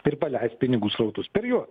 ir paleist pinigų srautus per juos